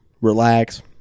relax